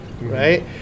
right